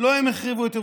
לא הם החריבו את ירושלים.